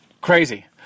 crazy